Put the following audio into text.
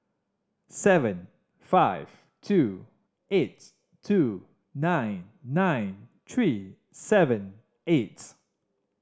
seven five two eight two nine nine three seven eight